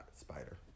spider